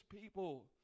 people